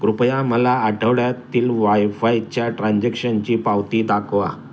कृपया मला आठवड्यातील वायफायच्या ट्रान्झॅक्शनची पावती दाखवा